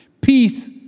peace